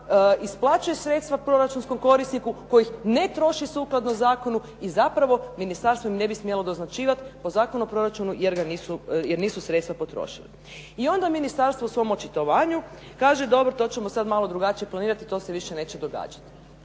isplaćuje sredstva proračunskom korisniku koji ih ne troši sukladno zakonu i zapravo ministarstvo im ne bi smjelo doznačivati po Zakonu u proračunu jer nisu sredstva potrošena. I onda ministarstvo u svom očitovanju kaže dobro to ćemo sad malo drugačije planirati, to se više neće događati.